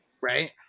Right